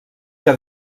que